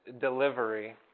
delivery